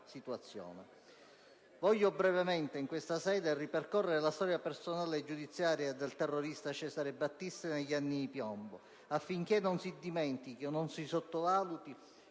situazione». Voglio brevemente in questa sede ripercorre la storia personale e giudiziaria del terrorista Cesare Battisti negli anni di piombo, affinché non si dimentichi o non si sottovaluti